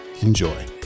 Enjoy